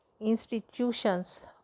institutions